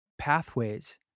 pathways